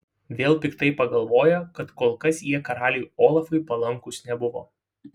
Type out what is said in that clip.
vėl piktai pagalvojo kad kol kas jie karaliui olafui palankūs nebuvo